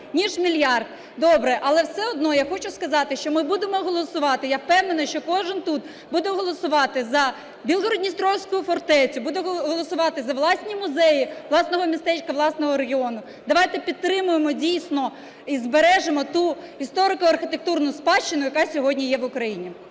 ніж 1 мільярд. Добре. Але все одно я хочу сказати, що ми будемо голосувати. Я впевнена, що кожен тут буде голосувати за Білгород-Дністровську фортецю, буде голосувати за власні музеї власного містечка, власного регіону. Давайте підтримаємо, дійсно, і збережемо ту історико-архітектурну спадщину, яка сьогодні є в Україні.